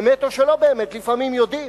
באמת או שלא באמת, לפעמים יודעים,